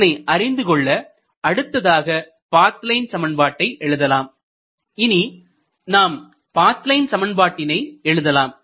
அதனை அறிந்து கொள்ள அடுத்ததாக பாத் லைன் சமன்பாட்டை எழுதலாம் இனி நாம் பாத் லைன் சமன்பாட்டினை எழுதலாம்